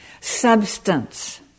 substance